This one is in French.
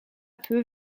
peu